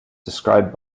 described